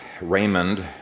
Raymond